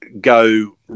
go